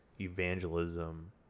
evangelism